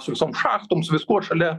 su visom šachtom su viskuo šalia